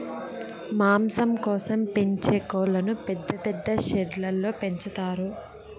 మాంసం కోసం పెంచే కోళ్ళను పెద్ద పెద్ద షెడ్లలో పెంచుతారు